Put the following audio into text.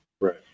Right